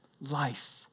life